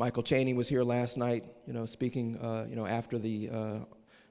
michael chaney was here last night you know speaking you know after the